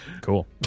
Cool